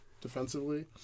defensively